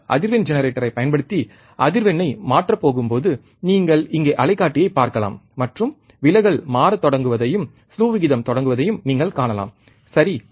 அவர் அதிர்வெண் ஜெனரேட்டரைப் பயன்படுத்தி அதிர்வெண்ணை மாற்றப் போகும்போது நீங்கள் இங்கே அலைக்காட்டியை பார்க்கலாம் மற்றும் விலகல் மாறத் தொடங்குவதையும் ஸ்லூ விகிதம் தொடங்குவதையும் நீங்கள் காணலாம் சரி